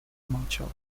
молчал